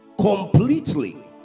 completely